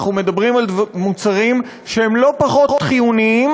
אנחנו מדברים על מוצרים שהם לא פחות חיוניים